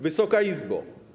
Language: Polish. Wysoka Izbo!